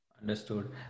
Understood